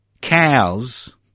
cows